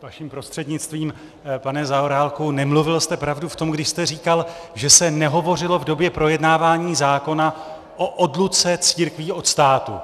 Vaším prostřednictvím, pane Zaorálku, nemluvil jste pravdu v tom, když jste říkal, že se nehovořilo v době projednávání zákona o odluce církví od státu.